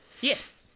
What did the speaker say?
Yes